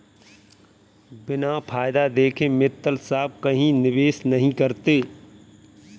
बिना फायदा देखे मित्तल साहब कहीं निवेश नहीं करते हैं